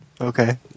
Okay